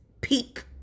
peak